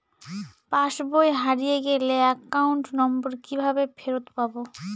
পাসবই হারিয়ে গেলে account number কিভাবে ফেরত পাব?